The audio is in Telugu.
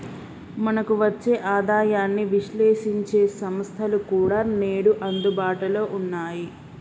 మనకు వచ్చే ఆదాయాన్ని విశ్లేశించే సంస్థలు కూడా నేడు అందుబాటులో ఉన్నాయి